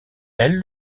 elles